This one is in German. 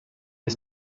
ist